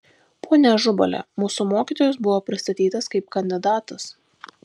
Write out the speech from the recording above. pone ažubali mūsų mokytojas buvo pristatytas kaip kandidatas